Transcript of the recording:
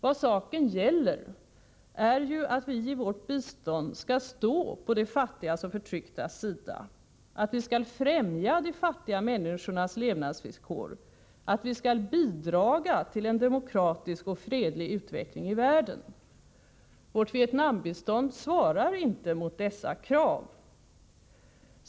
Vad saken gäller är ju att vi i vårt bistånd skall stå på de fattigas och förtrycktas sida, att vi skall främja de fattiga människornas levnadsvillkor, att vi skall bidra till en demokratisk och fredlig utveckling i världen. Vårt Vietnambistånd svarar inte mot dessa krav.